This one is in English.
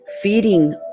Feeding